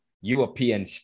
european